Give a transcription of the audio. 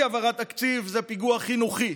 אי-העברת תקציב זה פיגוע חינוכי,